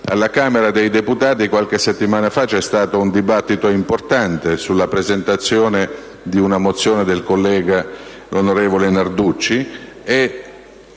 Alla Camera dei deputati qualche settimana fa c'è stata una discussione importante sulla presentazione di una mozione dell'onorevole Narducci,